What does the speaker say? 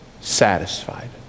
satisfied